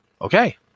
Okay